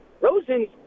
Rosen's